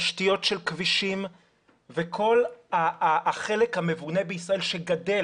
תשתיות של כבישים וכל החלק המבונה בישראל שגדל,